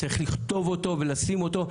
צריך לכתוב אות ולשים אותו,